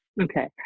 Okay